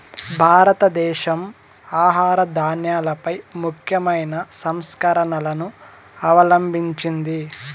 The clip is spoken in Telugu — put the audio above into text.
భారతదేశం ఆహార ధాన్యాలపై ముఖ్యమైన సంస్కరణలను అవలంభించింది